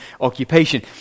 occupation